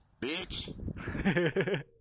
bitch